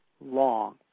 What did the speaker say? long